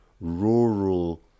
rural